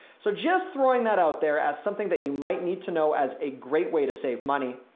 so just throwing that out there as something that you might need to know as a great way to save money,